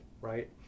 right